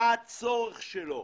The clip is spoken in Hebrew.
מה הצורך שלו,